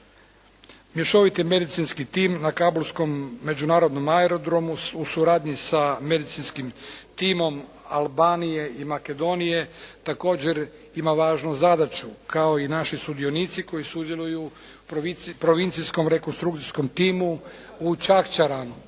Mješoviti medicinski tim na Kabulskom međunarodnom aerodromu u suradnju sa medicinskim timom Albanije i Makedonije također ima važnu zadaću kao i naši sudionici koji sudjeluju u provincijskom rekonstrukcijskom timu u Čakčaranu.